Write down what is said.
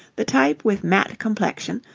the type with matte complexion,